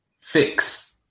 fix